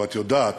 ואת יודעת